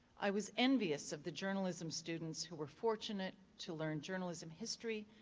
i was envious of the journalism students who were fortunate to learn journalism history,